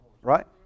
Right